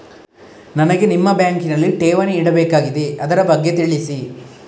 ನನಗೆ ನಿಮ್ಮ ಬ್ಯಾಂಕಿನಲ್ಲಿ ಠೇವಣಿ ಇಡಬೇಕಾಗಿದೆ, ಅದರ ಬಗ್ಗೆ ತಿಳಿಸಿ